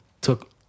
took